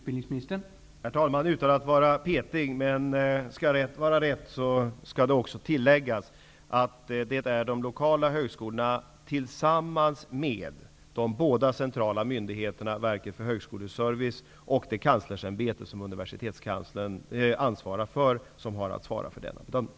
Herr talman! Jag vill inte framstå som petig, men för att rätt skall vara rätt skall det tilläggas att det är de lokala högskolorna tillsammans med de båda centrala myndigheterna, dvs. Verket för högskoleservice och Kanslersämbetet, som universitetskanslern ansvarar för, som har att svara för denna bedömning.